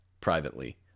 privately